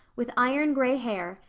with iron-gray hair,